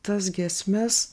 tas giesmes